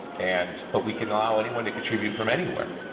and but we can allow anyone to contribute from anywhere.